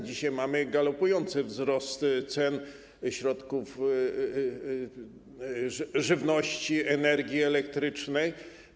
Dzisiaj mamy galopujący wzrost cen żywności, energii elektrycznej.